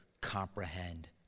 comprehend